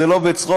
זה לא בצחוק,